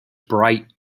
bright